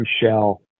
shell